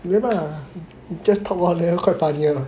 yeah lah just talk [one] that one quite funny [one] eh